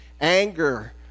Anger